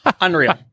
Unreal